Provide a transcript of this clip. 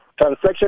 transaction